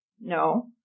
No